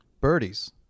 birdies